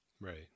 Right